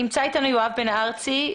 נמצא אתנו יואב בן ארצי,